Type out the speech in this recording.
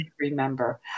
Remember